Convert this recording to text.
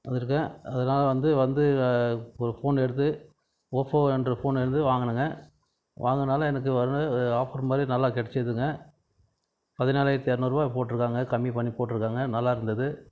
வந்திருக்கேன் அதனால வந்து வந்து ஒரு ஃபோன் எடுத்து ஓப்போ என்ற ஃபோன் வந்து வாங்கினேங்க வாங்குதுனால எனக்கு வந்து ஒரு ஆஃபர் மாதிரி நல்லா கிடச்சிதுங்க பதினாலாயிரத்தி இரநூறுவா போட்டிருக்காங்க கம்மி பண்ணி போட்டிருக்காங்க நல்லா இருந்தது